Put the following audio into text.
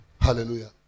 Hallelujah